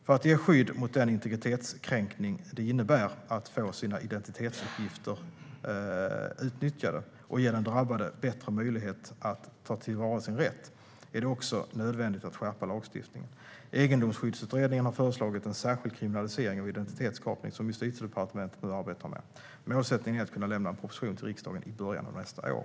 För att ge skydd mot den integritetskränkning det innebär att få sina identitetsuppgifter utnyttjade och för att ge den drabbade bättre möjlighet att ta till vara sin rätt är det också nödvändigt att skärpa lagstiftningen. Egendomsskyddsutredningen har föreslagit en särskild kriminalisering av identitetskapning som Justitiedepartementet nu arbetar med. Målsättningen är att kunna lämna en proposition till riksdagen i början av nästa år.